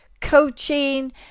coaching